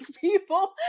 people